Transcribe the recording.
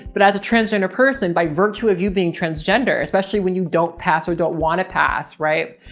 but as a transgender person, by virtue of you being transgender, especially when you don't pass or don't want to pass, right?